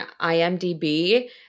IMDb